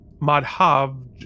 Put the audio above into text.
Madhav